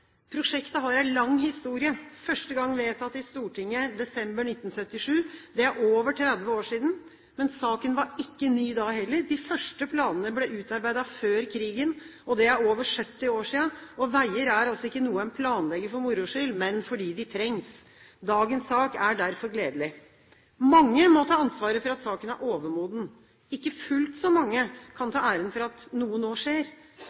Prosjektet har en lang historie, første gang vedtatt i Stortinget i desember 1977. Det er over 30 år siden, men saken var ikke ny da heller. De første planene ble utarbeidet før krigen, og det er over 70 år siden. Veier er ikke noe en planlegger for moro skyld, men fordi de trengs. Dagens sak er derfor gledelig. Mange må ta ansvaret for at saken er overmoden. Ikke fullt så mange kan ta æren for at noe nå skjer.